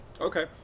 Okay